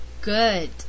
Good